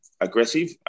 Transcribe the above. aggressive